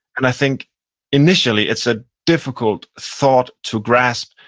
and i think initially, it's a difficult thought to grasp,